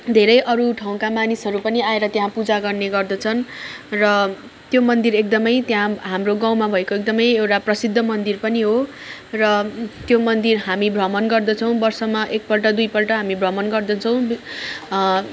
धेरै अरू ठाउँका मानिसहरू पनि आएर त्यहाँ पूजा गर्ने गर्दछन् र त्यो मन्दिर एकदम त्यहाँ हाम्रो गाउँमा भएको एकदम एउटा प्रसिद्ध मन्दिर पनि हो र त्यो मन्दिर हामी भ्रमण गर्दछौँ वर्षमा एक पल्ट दुई पल्ट हामी भ्रमण गर्दछौँ